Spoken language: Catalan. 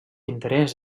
interès